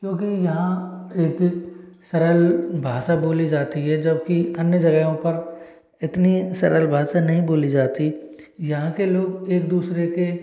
क्योंकि यहाँ एक सरल भाषा बोली जाती है जबकि अन्य जगेहों पर इतनी सरल भाषा नहीं बोली जाती यहाँ के लोग एक दूसरे के